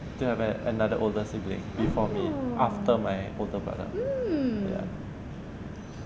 to have an another older siblings before me after my older brother ya